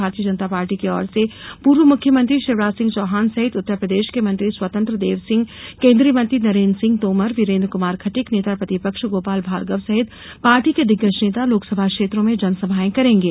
भारतीय जनता पार्टी की ओर से पूर्व मुख्यमंत्री शिवराज सिंह चौहान सहित उत्तर प्रदेश के मंत्री स्वतंत्र देव सिंह केन्द्रीय मंत्री नरेन्द्र सिंह तोमर वीरेन्द्र कुमार खटीक नेता प्रतिपक्ष गोपाल भार्गव सहित पार्टी के दिग्गज नेता लोकसभा क्षेत्रों में जनसभाएं करेंगे